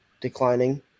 declining